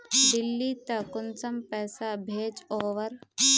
दिल्ली त कुंसम पैसा भेज ओवर?